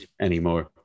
anymore